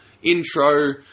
Intro